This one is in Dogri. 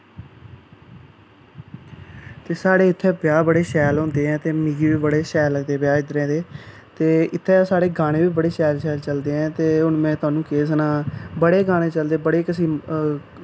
ते साढ़े इत्थै ब्याह् बड़े शैल होंदे ऐं ते मिगी बी बड़े शैल लग्गे ब्याह् इद्धरै दे ते इत्थै साढ़े गाने बी बड़े शैल शैल चलदे ऐं ते हून में थुहानूं केह् सनां बड़े गाने टलदे बड़े किस्म